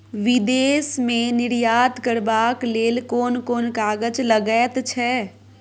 विदेश मे निर्यात करबाक लेल कोन कोन कागज लगैत छै